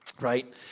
right